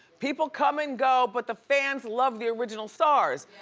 people come and go but the fans love the original stars.